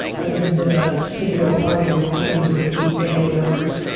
i lived in ah studio apartment in queens with eight family members.